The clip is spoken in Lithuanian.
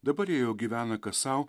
dabar jie jau gyvena kas sau